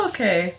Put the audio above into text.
Okay